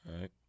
right